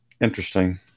interesting